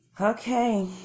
Okay